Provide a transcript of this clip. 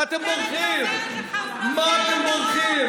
מה אתם בורחים?